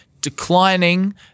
declining